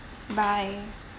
bye